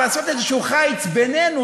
לעשות איזשהו חיץ בינינו,